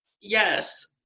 yes